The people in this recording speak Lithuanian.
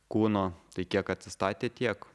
kūno tai kiek atsistatė tiek